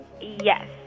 Yes